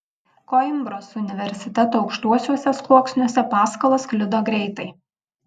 koimbros universiteto aukštuosiuose sluoksniuose paskalos sklido greitai